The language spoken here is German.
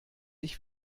ich